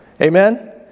Amen